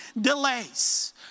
delays